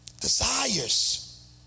desires